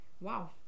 Wow